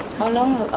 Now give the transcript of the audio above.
how long